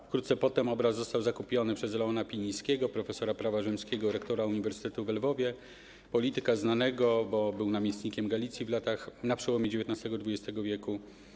Wkrótce potem obraz został zakupiony przez Leona Pinińskiego, profesora prawa rzymskiego, rektora uniwersytetu we Lwowie, polityka znanego, bo był namiestnikiem Galicji na przełomie XIX i XX w.